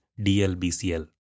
DLBCL